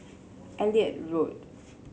Elliot Road